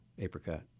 apricot